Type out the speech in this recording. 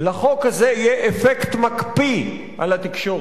לחוק הזה יהיה אפקט מקפיא על התקשורת.